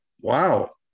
Wow